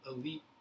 elite